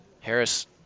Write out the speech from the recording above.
Harris